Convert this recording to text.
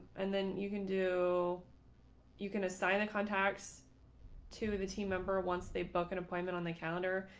and then you can do you can assign the contacts to and the team member once they book an appointment on the calendar.